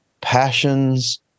passions